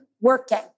working